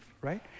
right